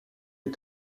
est